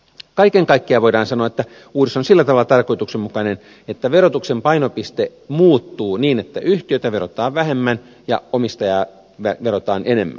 kaiken kaikkiaan voidaan sanoa että uudistus on sillä tavalla tarkoituksenmukainen että verotuksen painopiste muuttuu niin että yhtiötä verotetaan vähemmän ja omistajaa verotetaan enemmän